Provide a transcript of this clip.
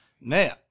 Now